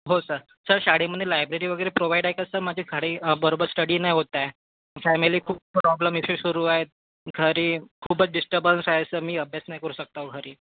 हो sir sir शाळेमध्ये library वगैरे प्रोव्हाइड आहे का सर माझे खाडे बरोबर स्टडी नाही होत आहे फॅमिलीत खूप प्रॉब्लेम इशू सुरू आहे घरी खूपच डिष्टर्बन्स आहे सं मी अभ्यास नाही करू सक्ता हुं घरी